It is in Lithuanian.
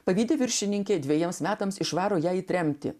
pavyti viršininkė dvejiems metams išvaro ją į tremtį